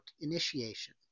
initiation